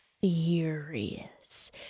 furious